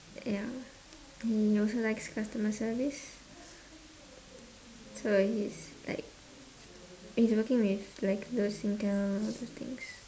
ya he also likes customer service so he is like he's working with like those Singtel all those things